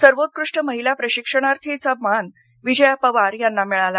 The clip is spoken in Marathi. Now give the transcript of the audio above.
सर्वोत्कृष्ट महिला प्रशिक्षणार्थीचा मान विजया पवार यांना मिळाला